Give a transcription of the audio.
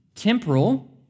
temporal